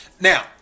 Now